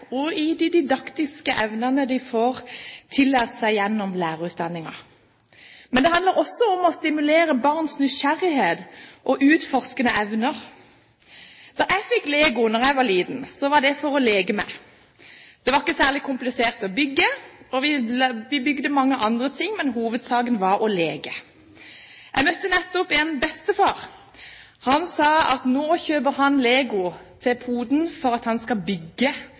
og de didaktiske evnene de får utviklet gjennom lærerutdanningen. Men det handler også om å stimulere barns nysgjerrighet og utforskende evner. Da jeg fikk lego som liten, fikk jeg det for å leke med. Det var ikke særlig komplisert å bygge. Vi bygget mange ting, men hovedsaken var å leke. Jeg møtte nettopp en bestefar. Han sa at han nå kjøpte lego til poden for at han skal bygge,